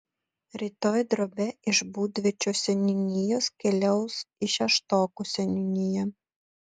rytoj drobė iš būdviečio seniūnijos keliaus į šeštokų seniūniją